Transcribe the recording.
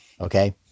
okay